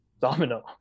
domino